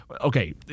okay